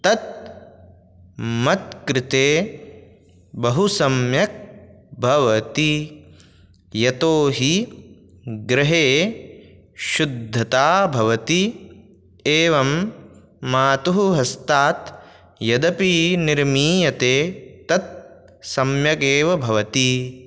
तत् मत् कृते बहुसम्यक् भवति यतोऽहि गृहे शुद्धता भवति एवं मातुः हस्तात् यदपि निर्मीयते तद् सम्यगेव भवति